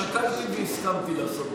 שקלתי והסכמתי לעשות את הדבר,